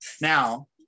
Now